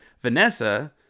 Vanessa